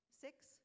Six